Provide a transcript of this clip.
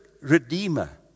redeemer